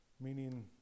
meaning